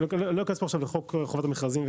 בלי להיכנס לחוק חובת המכרזים,